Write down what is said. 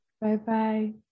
Bye-bye